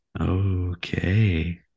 okay